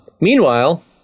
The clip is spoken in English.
Meanwhile